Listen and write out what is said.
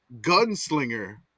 Gunslinger